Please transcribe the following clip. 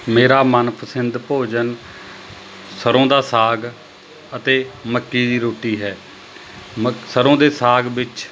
ਮੇਰਾ ਮਨਪਸਿੰਦ ਭੋਜਨ ਸਰ੍ਹੋਂ ਦਾ ਸਾਗ ਅਤੇ ਮੱਕੀ ਦੀ ਰੋਟੀ ਹੈ ਮਕ ਸਰ੍ਹੋਂ ਦੇ ਸਾਗ ਵਿੱਚ